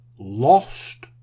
Lost